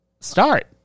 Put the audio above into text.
start